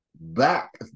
back